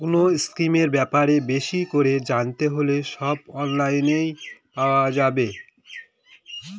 কোনো স্কিমের ব্যাপারে বেশি করে জানতে হলে সব অনলাইনে পাওয়া যাবে